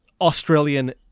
australian